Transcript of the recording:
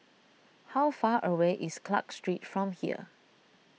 how far away is Clarke Street from here